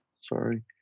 sorry